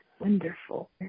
Wonderful